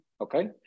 okay